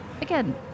again